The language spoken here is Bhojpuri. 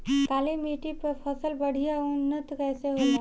काली मिट्टी पर फसल बढ़िया उन्नत कैसे होला?